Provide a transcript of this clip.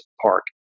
Park